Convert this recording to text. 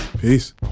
Peace